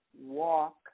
walk